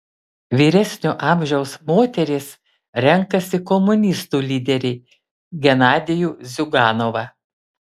vyresnio amžiaus moterys renkasi komunistų lyderį genadijų ziuganovą